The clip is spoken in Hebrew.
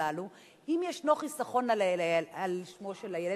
הללו שאם ישנו חיסכון על שמו של הילד,